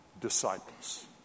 disciples